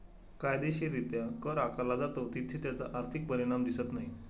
कायदेशीररित्या कर आकारला जातो तिथे त्याचा आर्थिक परिणाम दिसत नाही